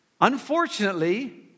Unfortunately